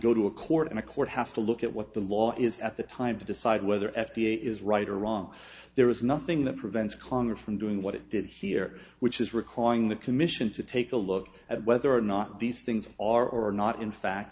go to a court and the court has to look at what the law is at the time to decide whether f d a is right or wrong there is nothing that prevents congress from doing what it did here which is recalling the commission to take a look at whether or not these things are or are not in fact